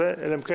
אלא אם כן,